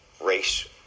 race